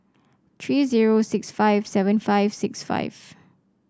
three zero six four seven five six five